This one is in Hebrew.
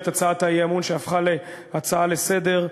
הצעת האי-אמון שהפכה להצעה לסדר-היום.